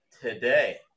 today